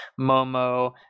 Momo